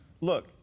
look